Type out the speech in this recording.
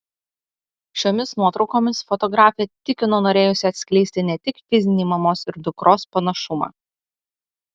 šiomis nuotraukomis fotografė tikino norėjusi atskleisti ne tik fizinį mamos ir dukros panašumą